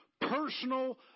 personal